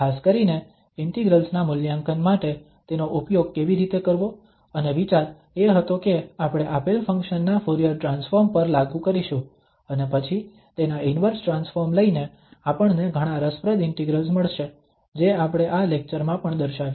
ખાસ કરીને ઇન્ટિગ્રલ્સ ના મૂલ્યાંકન માટે તેનો ઉપયોગ કેવી રીતે કરવો અને વિચાર એ હતો કે આપણે આપેલ ફંક્શન ના ફુરીયર ટ્રાન્સફોર્મ પર લાગુ કરીશું અને પછી તેના ઇન્વર્સ ટ્રાન્સફોર્મ લઇને આપણને ઘણા રસપ્રદ ઇન્ટિગ્રલ્સ મળશે જે આપણે આ લેક્ચરમાં પણ દર્શાવ્યા છે